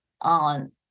on